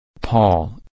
Paul